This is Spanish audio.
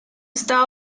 esta